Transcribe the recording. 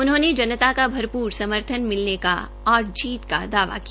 उन्होंने जनता का भरपूर समर्थन मिलने का और जीत का दावा किया